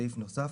סעיף נוסף,